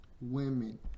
Women